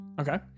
Okay